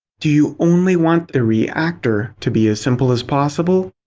do you only want the reactor to be as simple as possible?